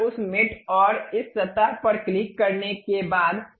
एक बार उस मेट और इस सतह पर क्लिक करने के बाद